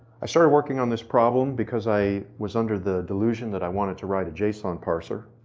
i started working on this problem because i was under the delusion that i wanted to write a json parser,